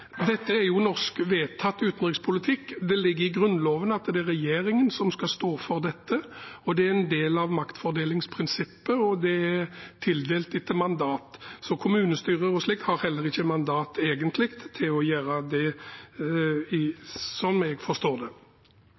er regjeringen som skal stå for dette, det er en del av maktfordelingsprinsippet, og det er tildelt etter mandat. Så kommunestyrer har heller ikke egentlig mandat til å gjøre det, slik jeg forstår det.